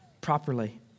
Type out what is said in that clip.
Properly